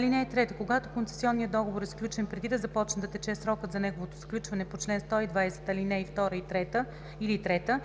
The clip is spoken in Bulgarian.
1. (3) Когато концесионният договор е сключен преди да започне да тече срокът за неговото сключване по чл. 120, ал. 2 или 3 или в